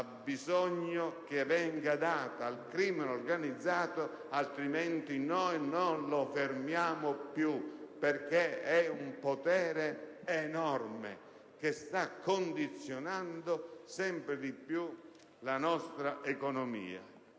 ha bisogno che venga data al crimine organizzato, altrimenti noi non lo fermiamo più, perché è un potere enorme che sta condizionando sempre di più la nostra economia.